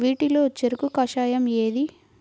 వీటిలో చెరకు కషాయం ఏది?